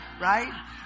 right